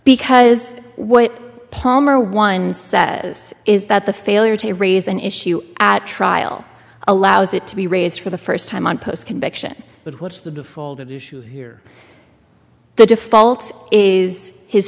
because what palmer one says is that the failure to raise an issue at trial allows it to be raised for the first time on post conviction but what's the before that issue here the default is his